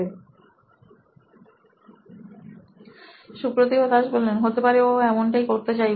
সিদ্ধার্থ মাতু রি C E O নোইন electronics Supratibh Das C T O নোইন ইলেক্ট্রনিক্স হতে পারে ও এমনটাই করতে চাইবে